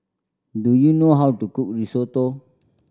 do you know how to cook Risotto